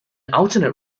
alternate